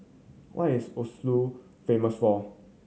what is Oslo famous for